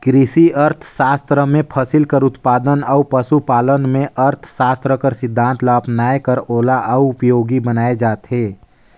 किरसी अर्थसास्त्र में फसिल कर उत्पादन अउ पसु पालन में अर्थसास्त्र कर सिद्धांत ल अपनाए कर ओला अउ उपयोगी बनाए जाथे